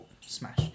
smash